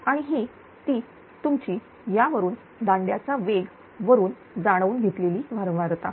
आणि हि ती तुमची यावरून दांड्याच्या वेग वरून जाणवून घेतलेली वारंवारता